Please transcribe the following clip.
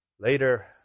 Later